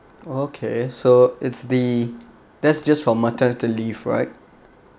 okay so is the that's just for maternity leave right